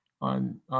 on